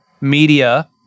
media